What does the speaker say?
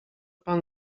pan